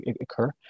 occur